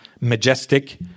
majestic